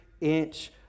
inch